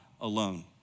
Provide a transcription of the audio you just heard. alone